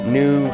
new